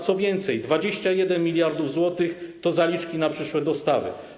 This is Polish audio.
Co więcej, 21 mld zł to zaliczki na przyszłe dostawy.